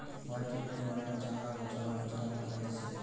white chickpea মানে চানা বা ছোলা যেটা মরা খাইতেছে